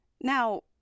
now